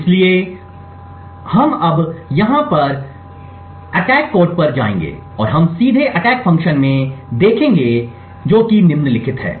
इसलिए हम अब यहां पर हमला कोड पर जाएंगे और हम सीधे अटैक फंक्शन में कूदेंगे और जो हम देखेंगे वह निम्नलिखित है